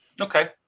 Okay